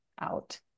out